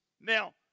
Now